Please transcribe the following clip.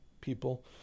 people